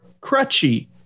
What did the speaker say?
Crutchy